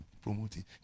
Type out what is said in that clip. promoting